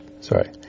Sorry